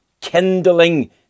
kindling